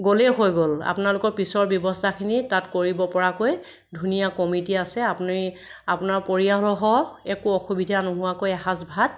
গ'লেই হৈ গ'ল আপোনালোকৰ পিছৰ ব্যৱস্থাখিনি তাত কৰিব পৰাকৈ ধুনীয়া কমিটি আছে আপুনি আপোনাৰ পৰিয়ালসহ একো অসুবিধা নোহোৱাকৈ এসাঁজ ভাত